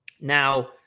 Now